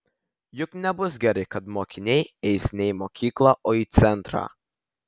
juk nebus gerai kad mokiniai eis ne į mokyklą o į centrą